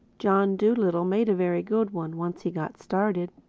john dolittle made a very good one once he got started.